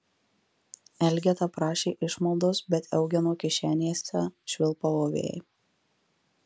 elgeta prašė išmaldos bet eugeno kišenėse švilpavo vėjai